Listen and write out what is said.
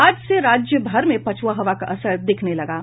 आज से राज्य भर में पछुआ हवा का असर दिखने लगा है